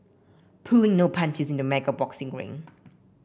pulling no punches in the mega boxing ring